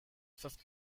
fifth